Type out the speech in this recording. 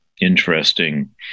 interesting